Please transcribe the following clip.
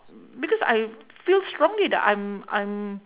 because I feel strongly that I'm I'm